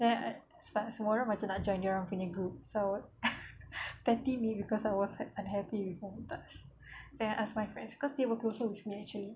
then semua orang macam tak nak join dorang punya group so thirteen me cause I was unhappy with mumtaz then I asked my friends cause they were closer with me actually